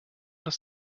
das